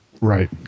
Right